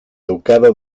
ducado